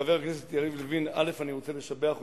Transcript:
חבר הכנסת יריב לוין, א.